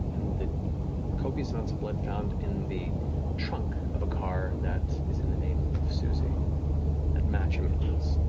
the copious amounts of blood found in the trunk of a car that is in the name of suzie that match amanda's,